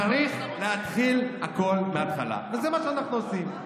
צריך להתחיל הכול מהתחלה, וזה מה שאנחנו עושים.